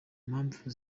mpamvu